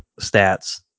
stats